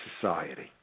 society